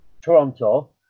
Toronto